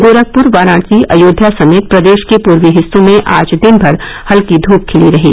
गोरखपुर वाराणसी अयोध्या समेत प्रदेश के पूर्वी हिस्सों में आज दिन भर हल्की धूप खिली रही